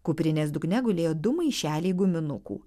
kuprinės dugne gulėjo du maišeliai guminukų